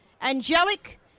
angelic